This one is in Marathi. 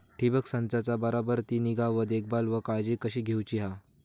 ठिबक संचाचा बराबर ती निगा व देखभाल व काळजी कशी घेऊची हा?